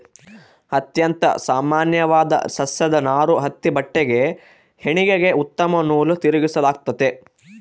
ಅತ್ಯಂತ ಸಾಮಾನ್ಯವಾದ ಸಸ್ಯದ ನಾರು ಹತ್ತಿ ಬಟ್ಟೆಗೆ ಹೆಣಿಗೆಗೆ ಉತ್ತಮ ನೂಲು ತಿರುಗಿಸಲಾಗ್ತತೆ